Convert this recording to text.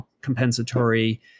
compensatory